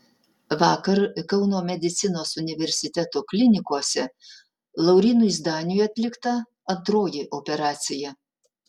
vakar kauno medicinos universiteto klinikose laurynui zdaniui atlikta antroji operacija